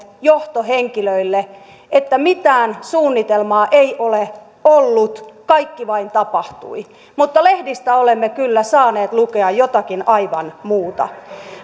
johtohenkilöille että mitään suunnitelmaa ei ole ollut kaikki vain tapahtui lehdistä olemme kyllä saaneet lukea jotakin aivan muuta